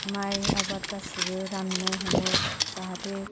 माइ आबाद गासिबो रोन्नो हमो जाहाथे